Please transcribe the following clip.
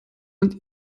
und